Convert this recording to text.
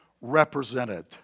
represented